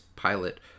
pilot